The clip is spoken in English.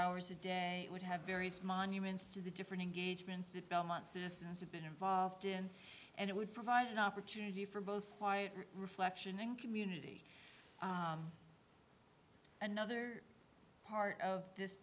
hours a day would have various monuments to the different engagements that belmont citizens have been involved in and it would provide an opportunity for both quiet reflection in community another part of this